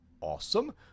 awesome